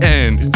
end